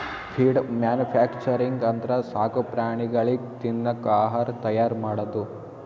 feed manufacturing ಅಂದ್ರ ಸಾಕು ಪ್ರಾಣಿಗಳಿಗ್ ತಿನ್ನಕ್ ಆಹಾರ್ ತೈಯಾರ್ ಮಾಡದು